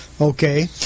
Okay